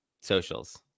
socials